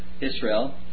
Israel